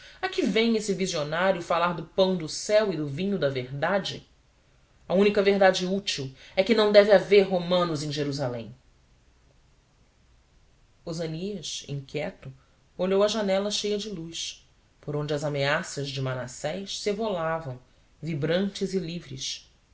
a que vem esse visionário falar do pão do céu e do vinho da verdade a única verdade útil é que não deve haver romanos em jerusalém osânias inquieto olhou a janela cheia de luz por onde as ameaças de manassés se evolavam vibrantes e livres